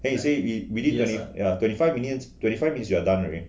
then you say we we need to twenty five minutes twenty five minutes you are done already